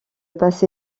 passé